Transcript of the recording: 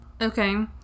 Okay